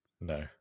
No